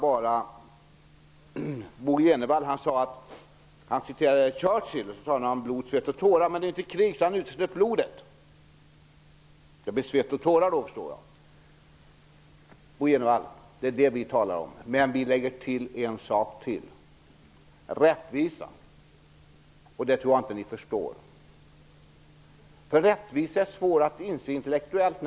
Bo G Jenevall citerade Churchill och detta om blod, svett och tårar. Men eftersom det inte är krig uteslöt han blodet. Då blir det svett och tårar förstår jag. Det är det vi talar om, Bo G Jenevall, men vi lägger till en sak till -- rättvisa. Det tror jag inte att ni förstår. Rättvisa är nämligen svår att inse intellektuellt.